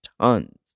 tons